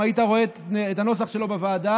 אם היית רואה את הנוסח שלו בוועדה,